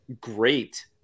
great